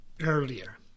earlier